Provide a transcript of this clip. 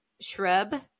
shrub